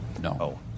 No